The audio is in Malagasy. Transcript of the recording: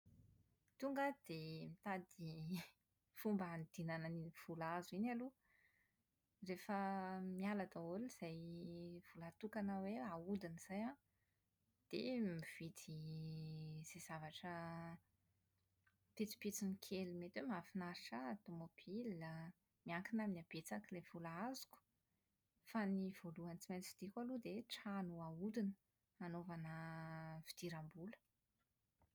Tonga aho dia mitady fomba hanodinana an'iny vola azo iny aloha. Rehefa miala daholo izay vola natokana hoe ahodina izay an dia mividy izay zavatra pitsopitsony kely mety hoe mahafinaritra ahy, tomobilina.. Miankina amin'ny habetsak'ilay vola azoko. Fa ny voalohany tsy maintsy hovidiako aloha dia trano ahodina, anaovana fidiram-bola.